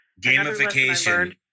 Gamification